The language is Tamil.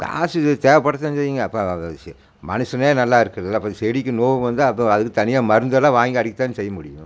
காசு தேவைப்படத்தான் செய்யும்ங்க அப்போ மனுஷனே நல்லா இருக்கிறதில்ல அப்பறம் செடிக்கு நோய் வந்தால் அப்போது அதுக்கு தனியாக மருந்து எல்லாம் வாங்கி அடிக்கத்தான் செய்ய முடியும்